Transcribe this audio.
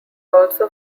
also